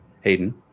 Hayden